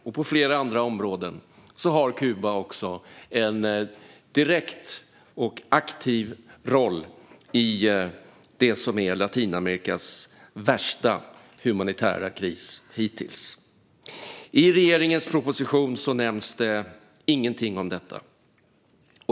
Också på flera andra områden har Kuba en direkt och aktiv roll i det som är Latinamerikas värsta humanitära kris hittills. I regeringens proposition nämns det ingenting om detta.